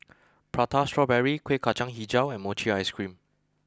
Prata Strawberry Kuih Kacang HiJau and Mochi Ice Cream